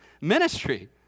ministry